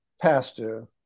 pastor